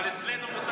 אבל אצלנו מותר.